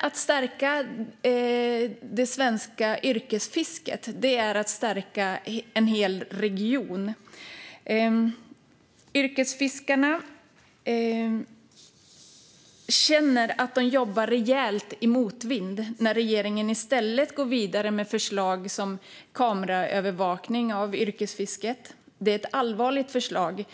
Att stärka det svenska yrkesfisket är att stärka en hel region. Yrkesfiskarna känner att de jobbar rejält i motvind när regeringen i stället går vidare med förslag som kameraövervakning av yrkesfisket. Det är ett allvarligt förslag